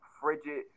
frigid